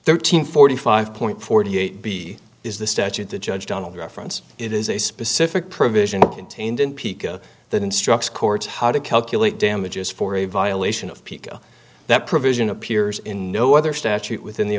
thirteen forty five point forty eight b is the statute the judge donald reference it is a specific provision contained in piqua that instructs courts how to calculate damages for a violation of pekoe that provision appears in no other statute within the